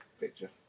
picture